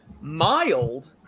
mild